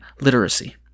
Literacy